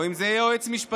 או אם זה יועץ משפטי,